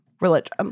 religion